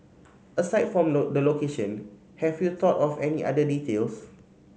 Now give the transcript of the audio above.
aside from the location have you thought of any other details